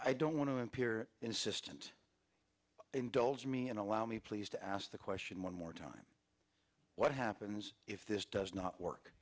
i don't want to appear insistent indulge me and allow me please to ask the question more time what happens if this does not work